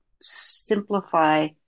simplify